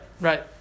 Right